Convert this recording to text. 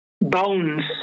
bones